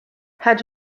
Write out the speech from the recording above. had